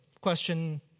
question